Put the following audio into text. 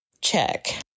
check